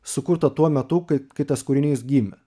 sukurta tuo metu kai kai tas kūrinys gimė